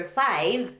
five